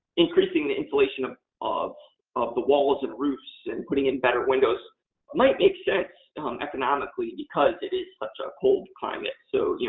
increasing the insulation of of the walls and roofs and putting in better windows might make sense economically because it is such a cold climate. so, yeah